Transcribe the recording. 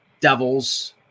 Devils